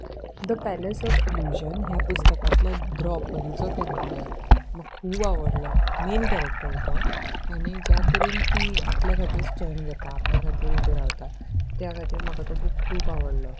the palace of illusion ह्या पुस्तकांतलो द्रॉपदीचो कॅरेक्टर म्हाका खूब आवडलो मेन कॅरेक्टर तो आनी ज्या तरेन ती आपल्या खातीर स्टॅड घेता आपल्या खातीर उबे रावता त्या खातीर म्हाका तो बूक खूब आवडलो